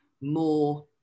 more